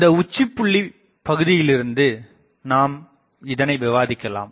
இந்த உச்சிபுள்ளி பகுதியிலிருந்து நாம் இதனை விவாதிக்கலாம்